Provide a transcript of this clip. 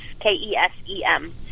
K-E-S-E-M